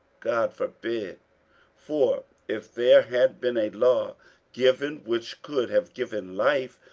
god forbid for if there had been a law given which could have given life,